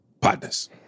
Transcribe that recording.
partners